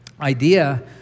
idea